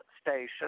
station